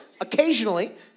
Occasionally